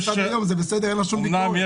דנה וייס --- זה בסדר, אין לה שום ביקורת.